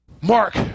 Mark